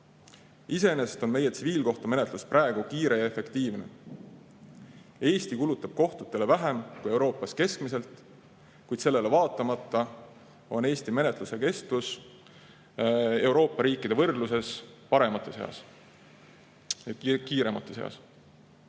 Iseenesest on meie tsiviilkohtumenetlus praegu kiire ja efektiivne. Eesti kulutab kohtutele vähem kui Euroopas keskmiselt, kuid sellele vaatamata on Eesti menetluse kestus Euroopa riikide võrdluses paremate seas ehk kiiremate seas.